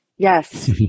Yes